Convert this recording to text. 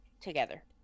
together